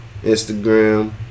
Instagram